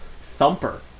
thumper